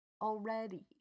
Already